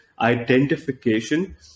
identification